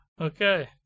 Okay